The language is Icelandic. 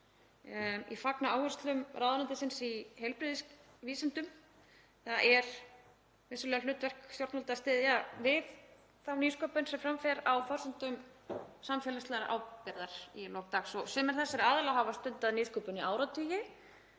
Ég fagna áherslum ráðuneytisins í heilbrigðisvísindum. Það er vissulega hlutverk stjórnvalda að styðja við þá nýsköpun sem fram fer á forsendum samfélagslegrar ábyrgðar í lok dags. Sumir þessara aðila hafa stundað nýsköpun í áratugi,